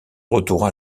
retour